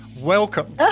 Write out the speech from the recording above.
Welcome